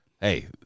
hey